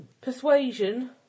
persuasion